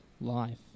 life